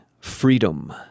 freedom